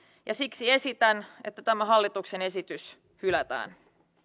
ja siksi esitän että tämä hallituksen esitys hylätään arvoisa puhemies